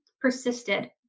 persisted